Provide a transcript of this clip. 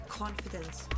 confidence